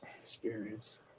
experience